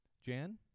Jan